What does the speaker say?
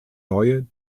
neue